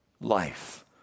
life